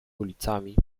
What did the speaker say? ulicami